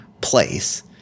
place